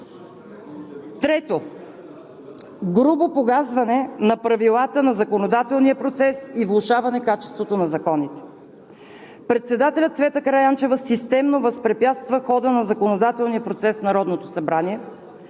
Трето – грубо погазване на правилата на законодателния процес и влошаване качеството на законите. Председателят Цвета Караянчева системно възпрепятства хода на законодателния процес в Народното събрание,